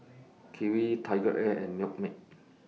Kiwi TigerAir and Milkmaid